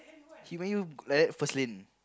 he make you like that first lane